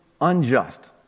unjust